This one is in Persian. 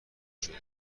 شده